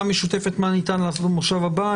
משותפת על מה ניתן לעשות במושב הבא.